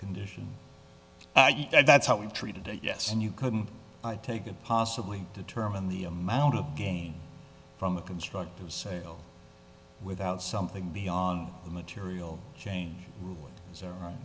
condition and that's how we've treated it yes and you couldn't take it possibly determine the amount of gain from a constructive sale without something beyond the material change